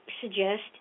suggest